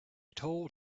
told